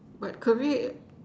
but career